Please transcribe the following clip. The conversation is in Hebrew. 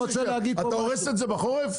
אתה הורס את זה בחורף?